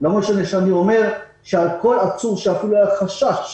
לא משנה שאני אומר שעל כל עצור שאפילו היה חשש,